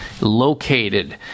located